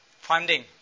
funding